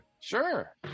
Sure